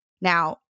now